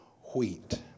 wheat